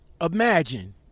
Imagine